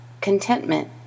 contentment